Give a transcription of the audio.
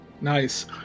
nice